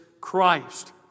Christ